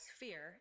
fear